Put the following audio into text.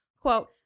quote